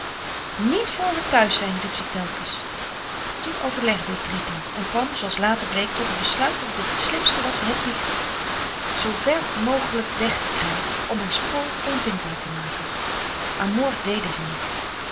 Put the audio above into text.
niet voor we thuis zijn riep ze telkens toen overlegde het drietal en kwam zooals later bleek tot het besluit dat het t slimste was hedwig zoo ver frederik van eeden van de koele meren des doods mogelijk weg te krijgen om haar spoor onvindbaar te maken aan moord deden ze niet